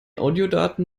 audiodaten